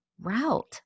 route